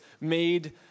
made